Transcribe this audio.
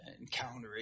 encountering